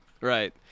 Right